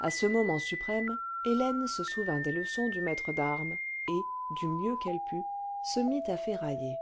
à ce moment suprême hélène se souvint des leçons du maître d'armes et du mieux qu'elle put se mit à ferrailler